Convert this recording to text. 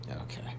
Okay